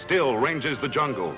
still ranges the jungle